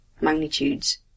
magnitudes